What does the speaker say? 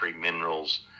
minerals